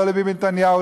לא לביבי נתניהו,